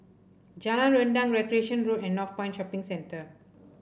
Jalan Rendang Recreation Road and Northpoint Shopping Centre